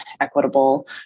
equitable